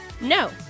No